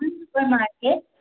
super market